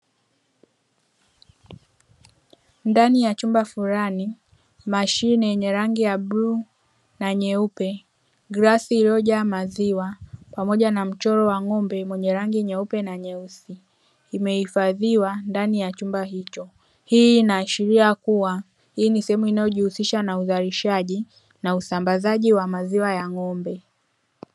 Ndani ya chumba fulani, mashine yenye rangi ya bluu na nyeupe, glasi iliyojaa maziwa, pamoja na mchoro wa ng'ombe mwenye rangi nyeupe na nyeusi; imehifadhiwa ndani ya chumba hicho. Hii inaashiria kuwa, hii ni sehemu inayojihusisha na uzalishaji na usambazaji wa maziwa ya ng'ombe.